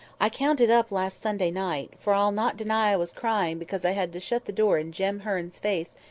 i counted up last sunday night for i'll not deny i was crying because i had to shut the door in jem hearn's face,